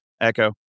Echo